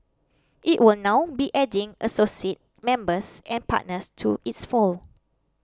it will now be adding associate members and partners to its fold